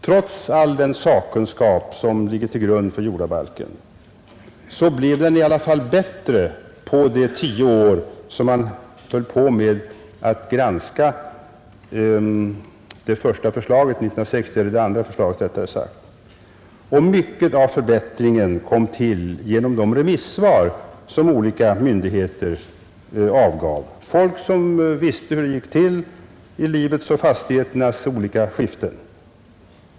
Trots all den sakkunskap som ligger till grund för jordabalken blev den i alla fall bättre på de tio år som man höll på med att granska det andra förslaget av år 1960, och mycket av förbättringen kom till genom de remissvar som olika myndigheter avgav — folk som visste hur det gick till i livets och fastigheternas olika skiften.